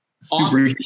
super